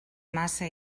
massa